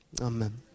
Amen